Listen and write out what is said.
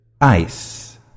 Ice